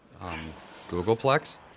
Googleplex